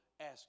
ask